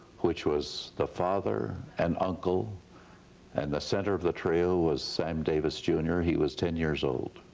which was the father and uncle and the center of the trail was sam davis junior, he was ten years old,